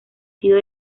sido